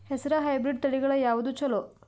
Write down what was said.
ಹೆಸರ ಹೈಬ್ರಿಡ್ ತಳಿಗಳ ಯಾವದು ಚಲೋ?